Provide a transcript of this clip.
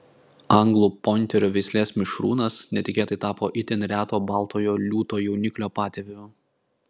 anglų pointerio veislės mišrūnas netikėtai tapo itin reto baltojo liūto jauniklio patėviu